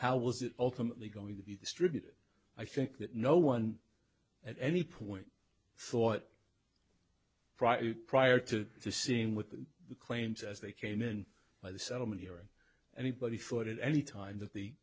how was it ultimately going to be distributed i think that no one at any point thought prior to seeing with the claims as they came in by the settlement hearing anybody thought any time that the